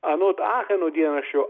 anot acheno dienraščio